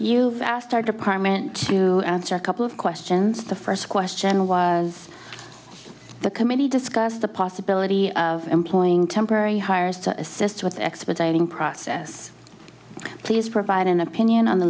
you've asked our department to answer a couple of questions the first question was the committee discussed the possibility of employing temporary hires to assist with the expediting process please provide an opinion on the